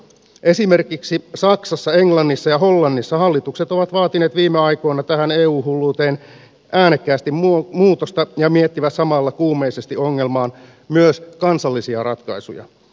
esimerkiksi saksassa englannissa ja hollannissa hallitukset ovat vaatineet viime aikoina tähän eu hulluuteen äänekkäästi muutosta ja miettivät samalla kuumeisesti ongelmaan myös kansallisia ratkaisuja